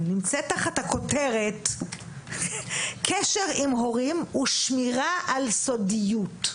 נמצאת תחת הכותרת "קשר עם הורים ושמירה על סודיות".